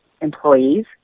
employees